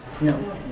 No